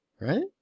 Right